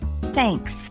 Thanks